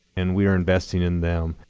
and we are investing in them.